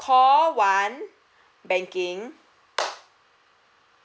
call one banking